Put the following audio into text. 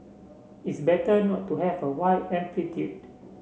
it's better not to have a wide amplitude